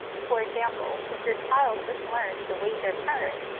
for example, if your child just learned to wait their turn,